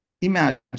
Imagine